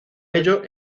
ello